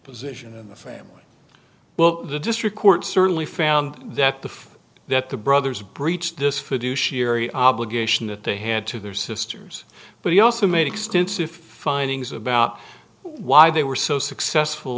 position in the family well the district court certainly found that the that the brothers breached this fiduciary obligation that they had to their sisters but he also made extensive findings about why they were so successful